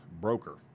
broker